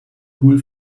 whole